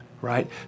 right